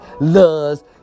loves